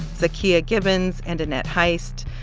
zakiya gibbons and annette heist.